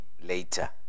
later